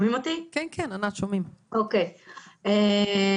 קודם כול,